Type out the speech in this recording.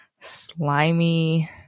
slimy